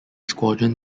squadron